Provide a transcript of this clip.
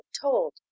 told